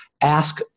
ask